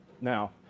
Now